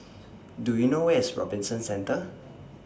Do YOU know Where IS Robinson Centre